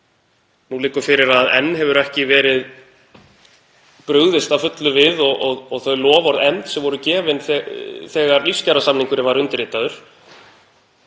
Nú liggur fyrir að enn hefur ekki verið brugðist að fullu við því að efna loforð sem voru gefin þegar lífskjarasamningurinn var undirritaður.